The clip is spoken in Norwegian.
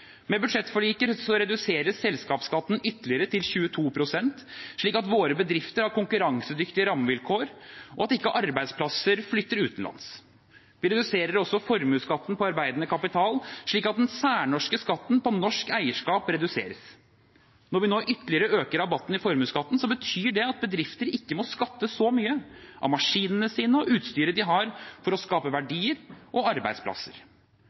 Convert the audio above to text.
Med budsjettforliket reduseres selskapsskatten ytterligere, til 22 pst., slik at våre bedrifter har konkurransedyktige rammevilkår, og at arbeidsplasser ikke flytter utenlands. Vi reduserer også formuesskatten på arbeidende kapital, slik at den særnorske skatten på norsk eierskap reduseres. Når vi nå ytterligere øker rabatten i formuesskatten, betyr det at bedrifter ikke må skatte så mye av maskinene sine og utstyret de har for å skape verdier og arbeidsplasser.